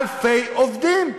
אלפי עובדים.